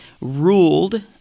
ruled